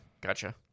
Gotcha